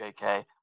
JK